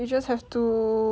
you just have to